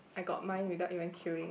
I got mine without even queuing